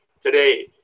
today